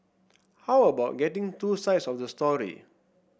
how about getting two sides of the story